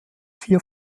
vier